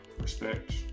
respect